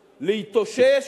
להתאושש,